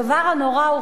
הדבר הנורא הוא,